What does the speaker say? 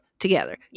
together